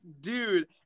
dude